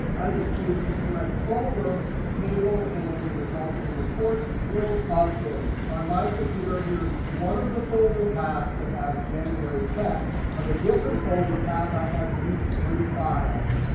i just paste the correct folder, the table, and any resulting reports will update. on my computer, here one of the folder paths that has january text. on a different folder path, i have these three files.